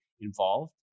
involved